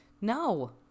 No